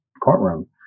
courtroom